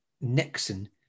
Nixon